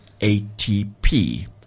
ATP